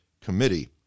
Committee